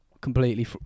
completely